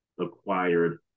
acquired